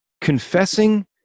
confessing